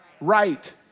right